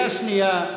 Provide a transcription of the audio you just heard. בקריאה שנייה.